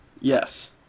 yes